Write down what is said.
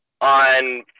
on